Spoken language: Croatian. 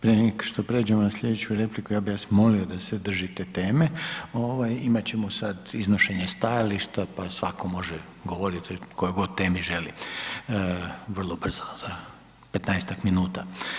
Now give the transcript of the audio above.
Prije neg što pređemo na slijedeću repliku ja bi vas molio da se držite teme ovaj imat ćemo sad iznošenje stajališta, pa svako može govorit o kojoj god temi želi, vrlo brzo za 15-tak minuta.